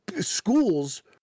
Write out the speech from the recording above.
schools